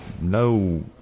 no